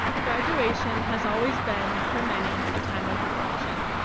graduation has always been, for many, a time of reflection.